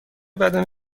بدن